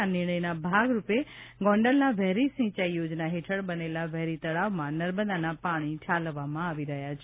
આ નિર્ણયના ભાગરૂપે ગોંડલના વેરી સિંચાઈ યોજના હેઠળ બનેલા વેરી તળાવમાં નર્મદાના પાણી ઠાલવામાં આવી રહ્યા છે